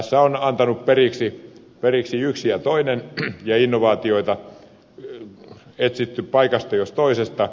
tässä on antanut periksi yksi ja toinen ja innovaatioita on etsitty paikasta jos toisesta